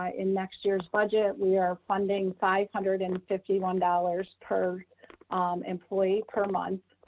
ah in next year's budget, we are funding five hundred and fifty one dollars per employee per month,